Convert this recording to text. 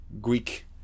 Greek